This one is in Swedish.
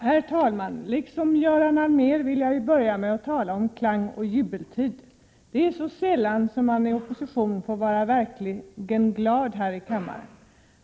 Herr talman! Liksom Göran Allmér vill jag börja med att tala om klangoch jubeltid. Det är ju så sällan man i opposition får vara verkligt glad här i kammaren.